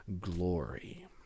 glory